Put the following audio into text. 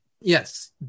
Yes